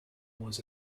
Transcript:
was